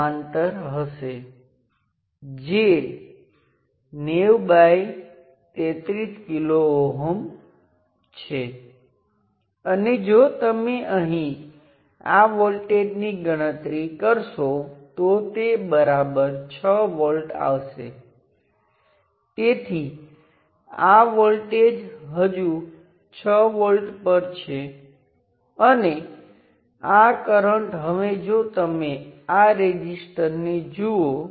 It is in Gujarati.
સ્વતંત્ર સ્ત્રોતને 0 પર સેટ કર્યા પછી હવે આપણે જાણીએ છીએ કે અહીં આ વોલ્ટેજ V1 આ કિસ્સામાં V1 સાથેનો સ્વતંત્ર સ્ત્રોત શૂન્ય છે આપણે તેને ફક્ત I1 કહીએ છીએ કારણ કે અગાઉના લેક્ચર અને અસાઇનમેન્ટમાં તમે આ પ્રકારનાં પ્રોબ્લેમને ઉકેલ્યા છે જ્યાં તમને કહેવામાં આવે છે કે ત્યાં એક સર્કિટ આપેલી છે અને બે ટર્મિનલ ખુલ્લા છે અને તમને સર્કિટ કેવી દેખાય છે તે માટે પુછવામાં આવે છે